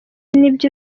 nibyo